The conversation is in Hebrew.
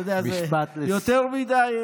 תודה זה יותר מנומס.